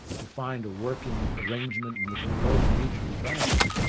to find a working arrangement in which we both mutually benefit,